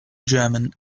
german